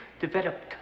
developed